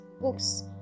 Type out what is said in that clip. books